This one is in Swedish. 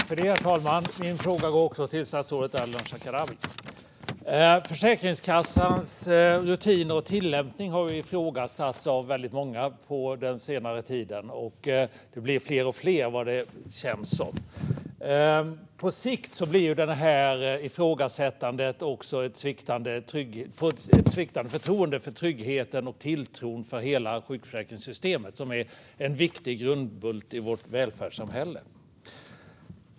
Herr talman! Min fråga går också till statsrådet Ardalan Shekarabi. Försäkringskassans rutiner och tillämpning har ifrågasatts av väldigt många på senare tid, och det känns som att det blir fler och fler. På sikt innebär ifrågasättandet också ett sviktande förtroende när det gäller tryggheten och en sviktande tilltro till hela sjukförsäkringssystemet, som är en viktig grundbult i vårt välfärdssamhälle.